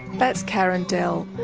that's karen dell,